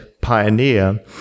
pioneer